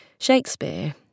Shakespeare